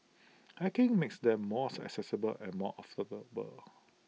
hacking makes them more accessible and more